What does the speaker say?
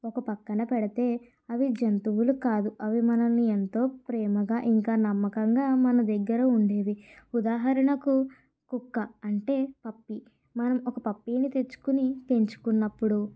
ఒక పక్కన పెడితే అవి జంతువులు కాదు అవి మనల్ని ఎంతో ప్రేమగా ఇంకా నమ్మకంగా మన దగ్గర ఉండేవి ఉదాహరణకు కుక్క అంటే పప్పీ మనం ఒక పప్పీని తెచ్చుకొని పెంచుకున్నప్పుడు